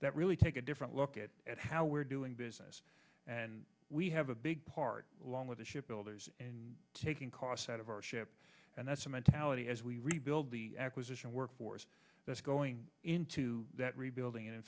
that really take a different look at it how we're doing business and we have a big part of the ship builders and taking costs out of our ship and that's a mentality as we rebuild the acquisition workforce that's going into that rebuilding and in